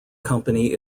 company